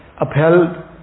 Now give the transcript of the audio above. upheld